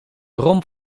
romp